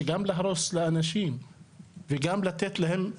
גם להרוס לאנשים וגם לתת להם קנס,